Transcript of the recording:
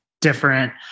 different